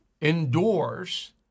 indoors